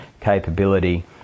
capability